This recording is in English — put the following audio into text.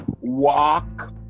walk